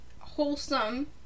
wholesome-